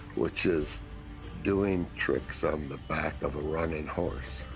which is doing tricks on the back of a running horse.